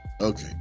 Okay